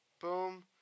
Boom